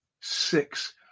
six